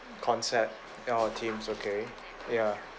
concept oh themes okay ya